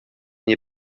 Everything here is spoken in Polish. nie